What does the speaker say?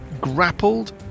grappled